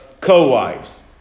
co-wives